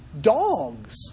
dogs